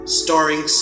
starring